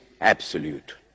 absolute